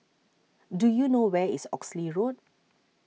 do you know where is Oxley Road